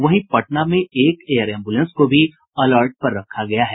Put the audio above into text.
वहीं पटना में एक एयर एम्बुलेंस को भी अलर्ट पर रखा गया है